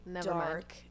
dark